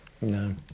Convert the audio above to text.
No